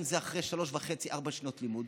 זה אחרי שלוש וחצי-ארבע שנות לימוד,